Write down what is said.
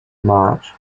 march